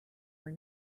are